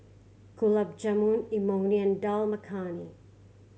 Gulab Jamun Imoni and Dal Makhani